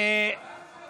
תודה רבה.